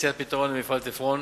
למציאת פתרון למפעל "תפרון"